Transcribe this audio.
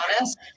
honest